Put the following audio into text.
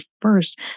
first